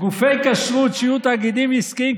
גופי כשרות שיהיו תאגידים עסקיים,